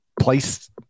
place